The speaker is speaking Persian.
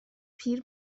پیر